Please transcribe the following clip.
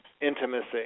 intimacy